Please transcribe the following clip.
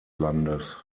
landes